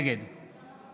נגד